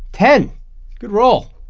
ten good roll.